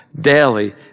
daily